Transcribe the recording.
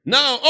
Now